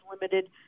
limited